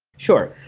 sure.